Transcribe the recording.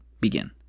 begin